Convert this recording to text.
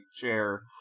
chair